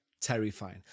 terrifying